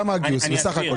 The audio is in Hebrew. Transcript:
כמה הגיוס בסך הכול.